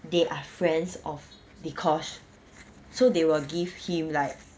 they are friends of dee kosh so they will give him like